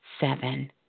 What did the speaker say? seven